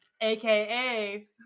AKA